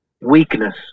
Weakness